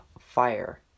fire